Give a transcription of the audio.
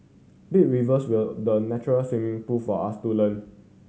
big rivers were the natural swimming pool for us to learn